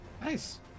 Nice